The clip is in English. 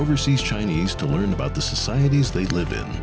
overseas chinese to learn about the societies they live in